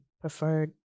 preferred